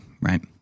Right